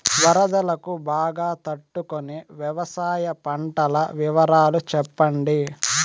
వరదలకు బాగా తట్టు కొనే వ్యవసాయ పంటల వివరాలు చెప్పండి?